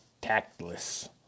tactless